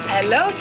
Hello